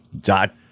Dot